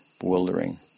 bewildering